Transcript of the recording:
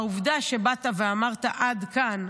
העובדה שבאת ואמרת: עד כאן,